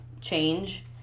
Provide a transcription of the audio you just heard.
change